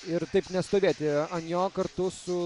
ir taip nestovėti ant jo kartu su